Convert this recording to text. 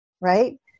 right